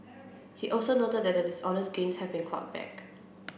he also noted that the dishonest gains had been clawed back